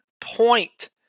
point